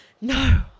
no